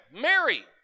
Mary